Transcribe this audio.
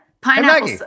Pineapple